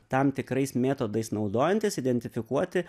tam tikrais metodais naudojantis identifikuoti